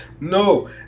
No